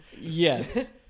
Yes